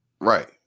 right